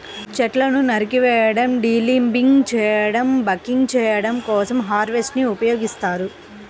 చెట్లను నరికివేయడం, డీలింబింగ్ చేయడం, బకింగ్ చేయడం కోసం హార్వెస్టర్ ని ఉపయోగిస్తారు